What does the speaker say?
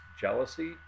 jealousy